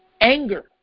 anger